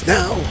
now